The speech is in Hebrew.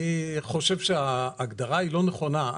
אני חושב שההגדרה היא לא נכונה.